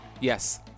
Yes